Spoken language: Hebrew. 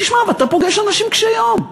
אתה פוגש אנשים קשי יום.